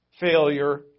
failure